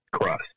crust